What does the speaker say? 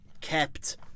kept